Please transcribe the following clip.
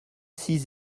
six